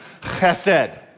chesed